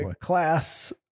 class